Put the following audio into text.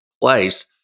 place